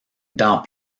dans